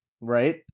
Right